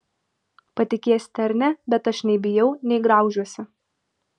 patikėsite ar ne bet aš nei bijau nei graužiuosi